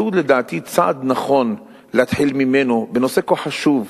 זהו, לדעתי, צעד נכון להתחיל ממנו בנושא כה חשוב,